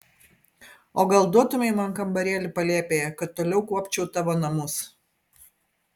o gal duotumei man kambarėlį palėpėje kad toliau kuopčiau tavo namus